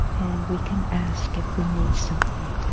and we can ask if we need something.